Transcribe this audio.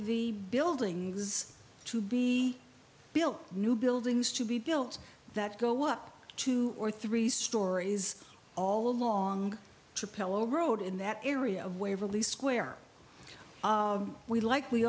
the buildings to be built new buildings to be built that go up two or three stories all along to pelosi road in that area of waverly square we like we